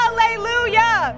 Hallelujah